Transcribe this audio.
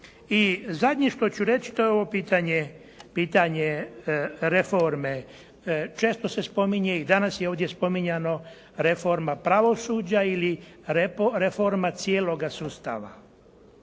I zadnje što ću reći to je ovo pitanje reforme. Često se spominje i danas je ovdje spominjano reforma pravosuđa ili reforma cijeloga sustava.